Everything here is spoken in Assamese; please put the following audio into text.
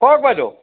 কওক বাইদেউ